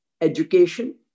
education